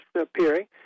appearing